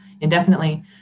indefinitely